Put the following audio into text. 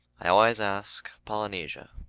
i always ask polynesia,